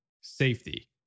safety